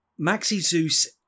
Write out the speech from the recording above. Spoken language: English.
Maxi-Zeus